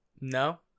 No